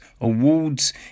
awards